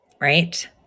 right